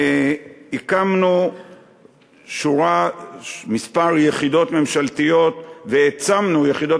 הקמנו כמה יחידות ממשלתיות והעצמנו יחידות